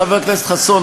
חבר הכנסת חסון,